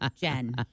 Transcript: Jen